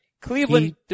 Cleveland